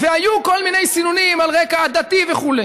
היו כל מיני סינונים, על רקע עדתי וכו'.